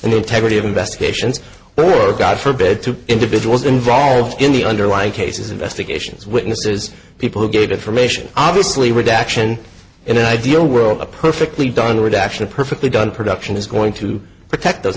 integrity of investigations or god forbid two individuals involved in the underlying cases investigations witnesses people who get information obviously redaction in an ideal world a perfectly done reaction a perfectly done production is going to protect